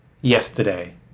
yesterday